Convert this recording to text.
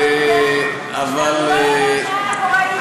לא בטוח שלרעה, מה אתה יודע?